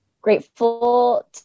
grateful